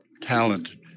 talented